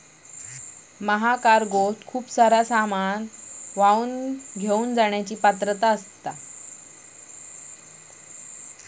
महाकार्गोत खूप सारा सामान वाहून नेण्याची पात्रता असता